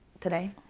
today